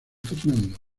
fernando